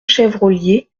chevrollier